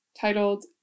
titled